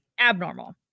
abnormal